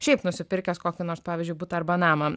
šiaip nusipirkęs kokį nors pavyzdžiui butą arba namą